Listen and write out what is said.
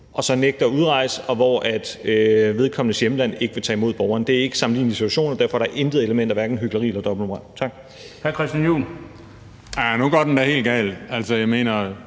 og så nægter at udrejse, og hvor vedkommendes hjemland ikke vil tage imod borgeren. Det er ikke sammenlignelige situationer. Derfor er der intet element af hverken hykleri eller dobbeltmoral. Kl.